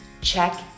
check